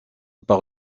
par